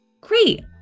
great